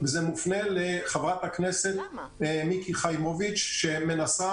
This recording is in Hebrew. זה מופנה לחברת הכנסת מיקי חיימוביץ' שמנסה